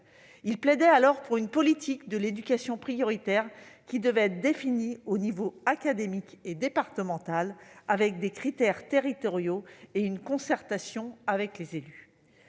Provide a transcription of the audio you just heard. et plaidaient alors pour une politique de l'éducation prioritaire définie aux niveaux académique et départemental, avec des critères territoriaux, en concertation avec les élus.